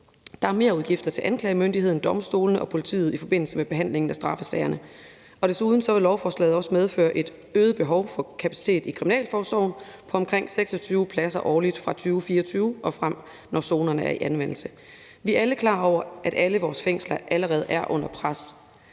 Der er merudgifter til anklagemyndigheden, domstolene og politiet i forbindelse med behandlingen af straffesagerne. Desuden vil lovforslaget også medføre et øget behov for kapacitet i kriminalforsorgen på omkring 26 pladser årligt fra 2024 og frem, når zonerne er i anvendelse. Vi er alle klar over, at alle vores fængsler allerede er under pres.